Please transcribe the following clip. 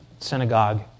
synagogue